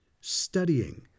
studying